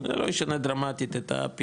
בסדר, זה לא יישנה דרמטית את הפילוח.